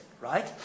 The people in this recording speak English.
right